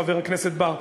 חבר הכנסת בר.